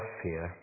fear